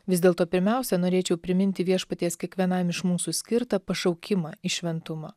vis dėlto pirmiausia norėčiau priminti viešpaties kiekvienam iš mūsų skirtą pašaukimą į šventumą